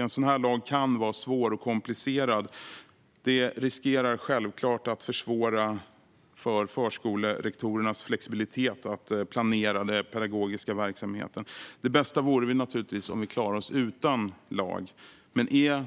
En sådan lag kan dock vara svår och komplicerad och riskerar att försvåra för förskolerektorernas flexibilitet att planera den pedagogiska verksamheten. Det bästa vore naturligtvis att vi klarar oss utan lag, men är